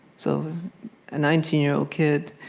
so a nineteen year old kid,